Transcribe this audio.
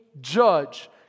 judge